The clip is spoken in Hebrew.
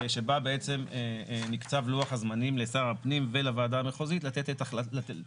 שבה בעצם נקצב לוח הזמנים לשר הפנים ולוועדה המחוזית לתת